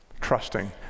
trusting